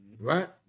Right